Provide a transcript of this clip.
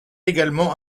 également